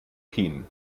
philippinen